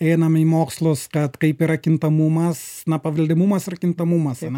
einame į mokslus kad kaip yra kintamumas paveldimumas ir kintamumas ane